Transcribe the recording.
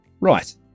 Right